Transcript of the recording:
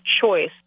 choice